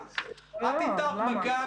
הוא יקבל שני מסרונים,